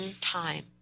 time